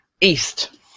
East